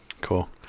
cool